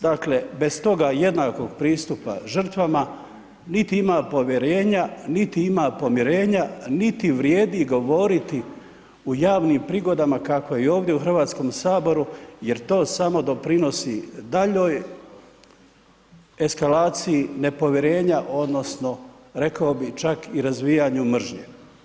Dakle, bez toga jednakog pristupa žrtvama, niti ima povjerenja, niti ima pomirenja, niti vrijedi govoriti u javnim prigodama kako i ovdje u HS jer to samo doprinosi daljoj eskalaciji nepovjerenja odnosno, rekao bi čak i razvijanju mržnje.